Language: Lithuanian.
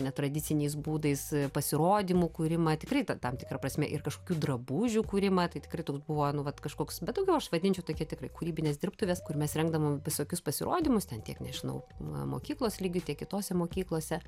netradiciniais būdais pasirodymų kūrimą tikrai ta tam tikra prasme ir kažkokių drabužių kūrimą tai tikrai toks buvo nu vat kažkoks bet aš vadinčiau tokia tikrai kūrybinės dirbtuvės kur mes rengdavom visokius pasirodymus ten tiek nežinau na mokyklos lygiu tiek kitose mokyklose